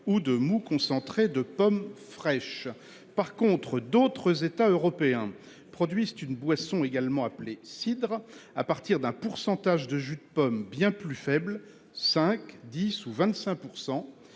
ou de moûts concentrés de pommes fraîches par contre d'autres États européens produit c'est une boisson également appelé cidre à partir d'un pourcentage de jus de pomme bien plus faible, 5, 10 ou 25%.